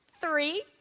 three